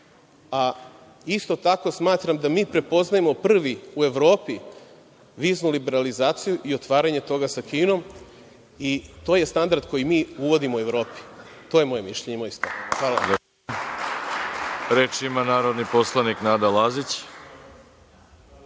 bave. Isto tako, smatram da mi prepoznajemo prvi u Evropi viznu liberalizaciju, i otvaranje toga sa Kinom, i to je standard koji mi uvodimo Evropi. To je moje mišljenje i moj stav. **Veroljub Arsić** Reč ima narodni poslanik Nada Lazić.